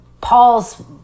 Paul's